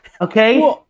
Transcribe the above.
okay